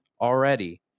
already